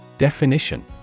Definition